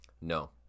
No